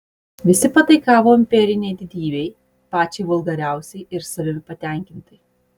visi pataikavo imperinei didybei pačiai vulgariausiai ir savimi patenkintai